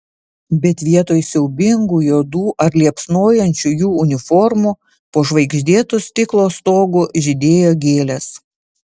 bet vietoj siaubingų juodų ar liepsnojančių jų uniformų po žvaigždėtu stiklo stogu žydėjo gėlės